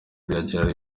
riragira